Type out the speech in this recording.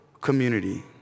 community